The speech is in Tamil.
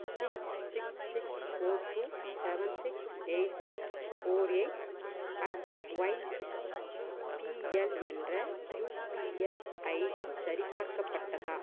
six six six four two seven six eight six four eight at YBL என்ற யுபிஎல் ஐடி சரிபார்க்கப்பட்டதா